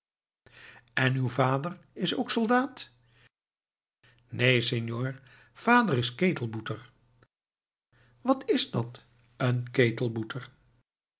en uw vader is ook soldaat neen senor vader is ketelboeter wat is dat een